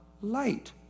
light